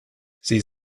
sie